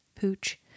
pooch